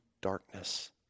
darkness